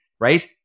right